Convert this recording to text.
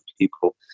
people